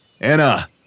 Anna